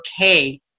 okay